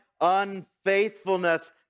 unfaithfulness